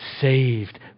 Saved